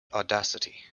audacity